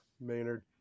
Maynard